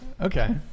Okay